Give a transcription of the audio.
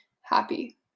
happy